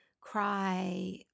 cry